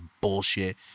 bullshit